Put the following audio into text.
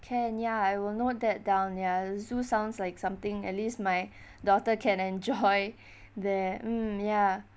can ya I will note that down ya zoo sounds like something at least my daughter can enjoy there mm ya